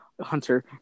Hunter